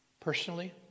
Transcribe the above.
personally